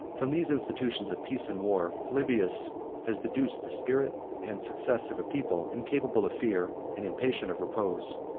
from these institutions of peace and war polybius has deduced the spirit and success of a people, incapable of fear, and impatient of repose.